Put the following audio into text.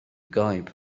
gaib